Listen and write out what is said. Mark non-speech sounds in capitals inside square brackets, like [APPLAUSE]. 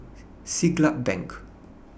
[NOISE] Siglap Bank